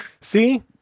see